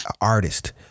artist